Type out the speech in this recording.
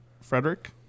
Frederick